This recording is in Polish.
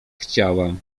chciałam